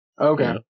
Okay